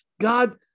God